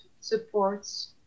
supports